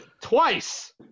twice